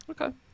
Okay